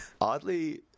oddly